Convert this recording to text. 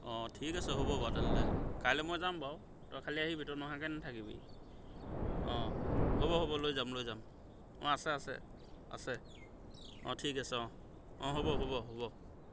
অঁ ঠিক আছে হ'ব বাৰু তেনেহ'লে কাইলৈ মই যাম বাৰু তই খালি আহিবি তই নহাকৈ নেথাকিবি অঁ হ'ব হ'ব লৈ যাম লৈ যাম অঁ আছে আছে আছে অঁ ঠিক আছে অঁ অঁ হ'ব হ'ব হ'ব